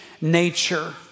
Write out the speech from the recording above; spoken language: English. nature